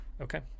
Okay